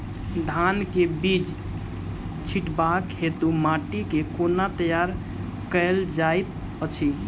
धान केँ बीज छिटबाक हेतु माटि केँ कोना तैयार कएल जाइत अछि?